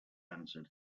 answered